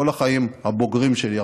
כל החיים הבוגרים שלי,